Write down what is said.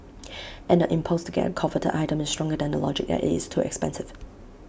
and the impulse to get A coveted item is stronger than the logic that IT is too expensive